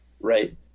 right